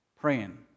praying